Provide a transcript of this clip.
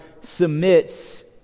submits